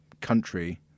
country